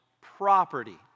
property